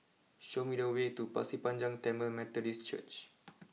show me the way to Pasir Panjang Tamil Methodist Church